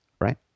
right